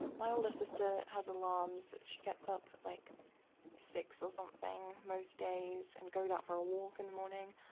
my older sister has alarms, she gets up at like six or something most days and goes out for a walk in the morning,